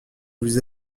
vous